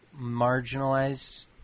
marginalized